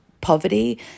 poverty